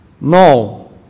No